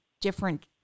different